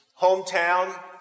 hometown